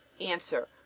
Answer